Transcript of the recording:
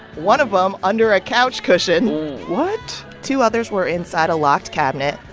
one of them under a couch cushion what? two others were inside a locked cabinet.